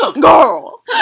Girl